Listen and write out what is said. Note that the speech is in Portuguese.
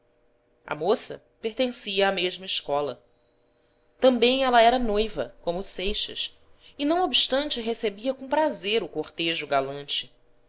a moça pertencia à mesma escola também ela era noiva como o seixas e não obstante recebia com prazer o cortejo galante